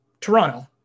Toronto